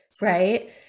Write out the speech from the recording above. Right